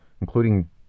including